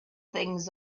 things